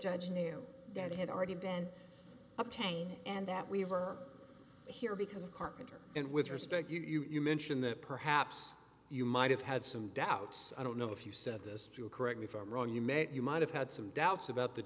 judge knew that it had already been obtained and that we were here because of carpenter and with respect you've mentioned that perhaps you might have had some doubts i don't know if you said this to a correct me if i'm wrong you met you might have had some doubts about the